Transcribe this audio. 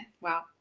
Wow